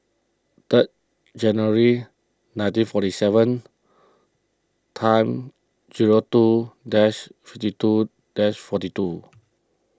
third January nineteen forty seven time two dash fifty two dash forty two